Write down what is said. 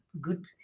Good